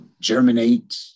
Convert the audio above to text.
germinate